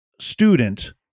student